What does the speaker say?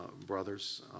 brothers